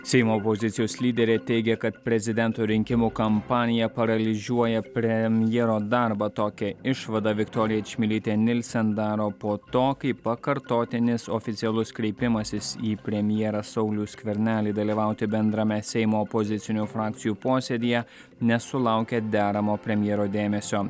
seimo opozicijos lyderė teigia kad prezidento rinkimų kampanija paralyžiuoja premjero darbą tokią išvadą viktorija čmilytė nilsen daro po to kai pakartotinis oficialus kreipimasis į premjerą saulių skvernelį dalyvauti bendrame seimo opozicinių frakcijų posėdyje nesulaukė deramo premjero dėmesio